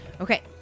Okay